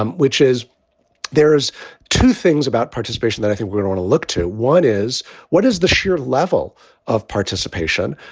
um which is there is two things about participation that i think we're going to look to. one is what is the sheer level of participation,